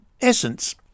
essence